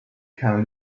can